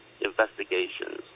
investigations